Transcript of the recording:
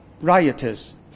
rioters